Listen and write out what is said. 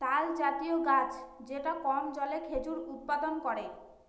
তালজাতীয় গাছ যেটা কম জলে খেজুর উৎপাদন করে